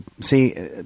See